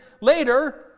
later